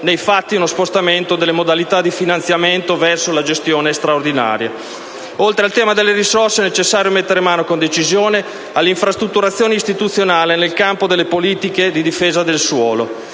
nei fatti, uno spostamento delle modalità di finanziamento verso la gestione straordinaria. Oltre al tema delle risorse, è necessario mettere mano con decisione all'infrastrutturazione istituzionale nel campo delle politiche per la difesa del suolo.